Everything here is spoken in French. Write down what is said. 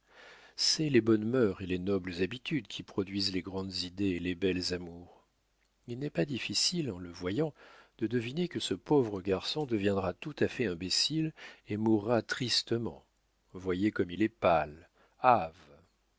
c'est les bonnes mœurs et les nobles habitudes qui produisent les grandes idées et les belles amours il n'est pas difficile en le voyant de deviner que ce pauvre garçon deviendra tout à fait imbécile et mourra tristement voyez comme il est pâle hâve